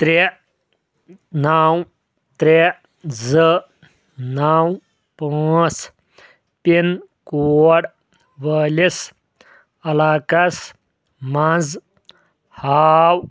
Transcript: ترٛےٚ نَو ترٛےٚ زٕ نَو پٲنٛژ پِن کوڈ وٲلِس علاقَس منٛز ہاو